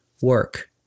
work